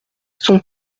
sont